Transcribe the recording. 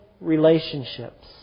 relationships